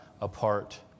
apart